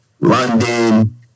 London